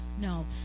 No